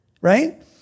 right